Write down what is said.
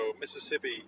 Mississippi